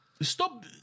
Stop